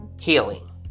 healing